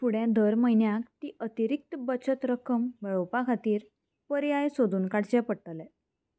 फुडें दर म्हयन्याक ती अतिरिक्त बचत रक्कम मेळोवपा खातीर पर्याय सोदून काडचे पडटले